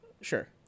Sure